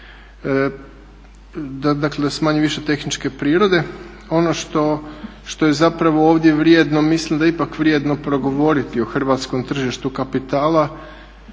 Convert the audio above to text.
Dakle, da su manje-više tehničke prirode. Ono što je zapravo ovdje vrijedno mislim da je ipak vrijedno progovoriti o hrvatskom tržištu kapitala